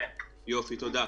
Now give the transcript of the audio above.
הנושא הזה ברור.